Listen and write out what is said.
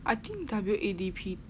I think W_A_D_P